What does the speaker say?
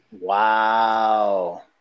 Wow